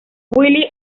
willie